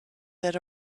that